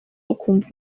ukumva